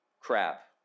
crap